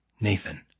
Nathan